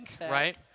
right